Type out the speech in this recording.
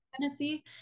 Tennessee